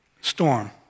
storm